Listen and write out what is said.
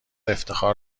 افتخار